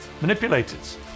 manipulators